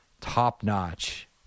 top-notch